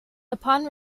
upon